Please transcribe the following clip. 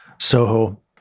Soho